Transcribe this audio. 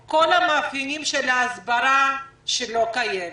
עם כל המאפיינים של ההסברה שלא קיימת,